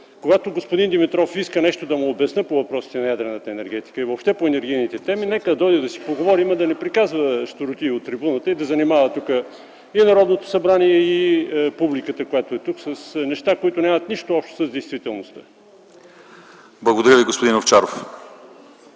Когато господин Димитров иска нещо да му обясня по въпросите на ядрената енергетика и въобще по енергийните теми, нека да дойде да си поговорим, да не приказва щуротии от трибуната и да занимава и Народното събрание, и публиката, която е тук, с неща, които нямат нищо общо с действителността. ПРЕДСЕДАТЕЛ ЛЪЧЕЗАР ИВАНОВ: